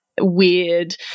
weird